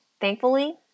Thankfully